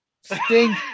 Sting